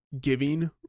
giving